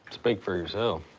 speak for yourself.